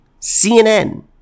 CNN